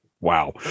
wow